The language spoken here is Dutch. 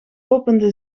opende